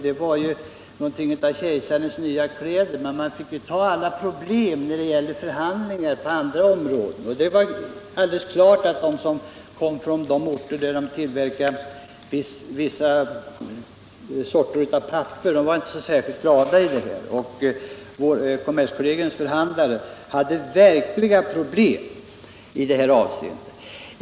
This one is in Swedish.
Det var någonting av kejsarens nya kläder. Det uppstod problem när det gällde förhandlingar på andra områden. De som kom från orter där man tillverkade vissa papperssorter var inte så särskilt glada. Kommerskollegiums förhandlare hade verkliga problem i detta avseende.